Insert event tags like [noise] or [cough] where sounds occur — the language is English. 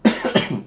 [noise]